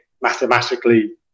mathematically